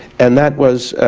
and that was